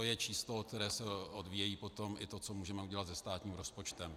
To je číslo, od kterého se odvíjí potom i to, co můžeme udělat se státním rozpočtem.